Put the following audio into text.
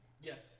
Yes